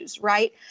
right